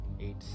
Eight